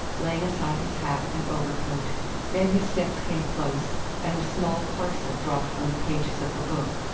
laying aside his hat and overcoat then his steps came close and a small parcel dropped on the pages of her book.